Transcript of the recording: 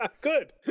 Good